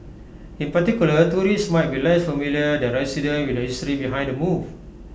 in particular tourists might be less familiar than residents with the history behind the move